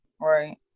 Right